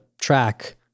track